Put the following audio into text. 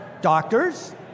doctors